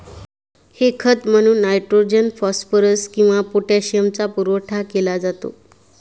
हे खत म्हणून नायट्रोजन, फॉस्फरस किंवा पोटॅशियमचा पुरवठा केला जातो